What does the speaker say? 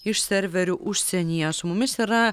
iš serverių užsienyje su mumis yra